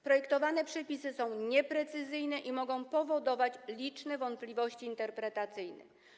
Projektowane przepisy są nieprecyzyjne i mogą powodować liczne wątpliwości interpretacyjne.